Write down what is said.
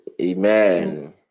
Amen